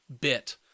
bit